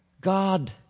God